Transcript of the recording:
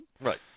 Right